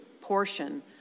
portion